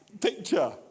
picture